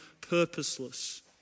purposeless